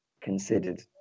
considered